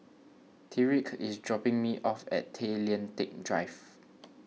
Tyriq is dropping me off at Tay Lian Teck Drive